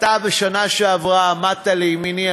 בשנה שעברה אתה עמדת לימיני,